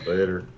Later